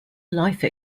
life